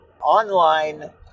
online